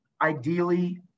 Ideally